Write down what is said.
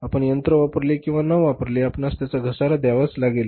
आपण यंत्र वापरले किंवा ना वापरले आपणास त्याचा घसारा द्यावाच लागेल